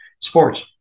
sports